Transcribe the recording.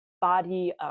body